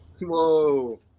Whoa